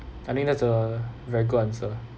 I think that's a very good answer